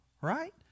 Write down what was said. Right